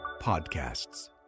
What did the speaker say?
podcasts